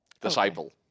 Disciple